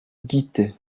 guittet